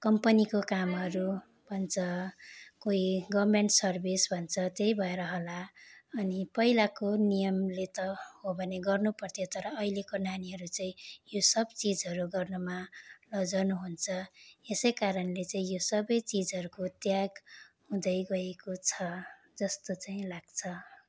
कम्पनीको कामहरू भन्छ कोही गभर्मेन्ट सर्भिस भन्छ त्यही भएर होला अनि पहिलाको नियमले त हो भने गर्नुपर्थ्यो तर अहिलेको नानीहरू चाहिँ यो सब चिजहरू गर्नुमा लजाउनुहुन्छ यसै कारणले चाहिँ यो सबै चिजहरूको त्याग हुँदैगएको छ जस्तो चाहिँ लाग्छ